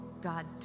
God